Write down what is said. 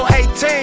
18